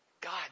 God